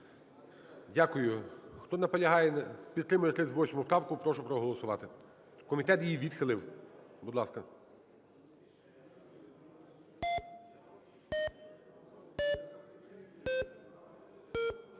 Дякую. Хто наполягає, підтримує 38 правку, прошу проголосувати. Комітет її відхилив. Будь ласка.